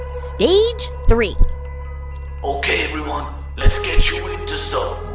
stage three ok, everyone. let's get you into so